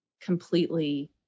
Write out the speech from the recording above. completely